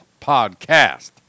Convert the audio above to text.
podcast